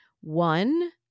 One